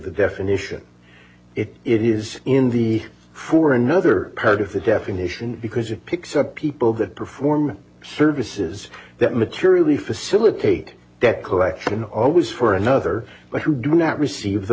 the definition it is in the for another part of the definition because it picks up people that perform services that materially facilitate debt collection always for another but who do not receive the